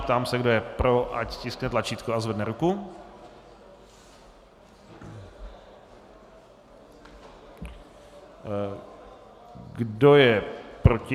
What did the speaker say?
Ptám se, kdo je pro, ať stiskne tlačítko a zvedne ruku, kdo je proti?